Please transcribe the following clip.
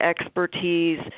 expertise